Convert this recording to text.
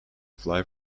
fly